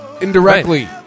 indirectly